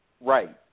Right